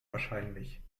wahrscheinlich